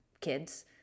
kids